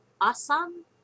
awesome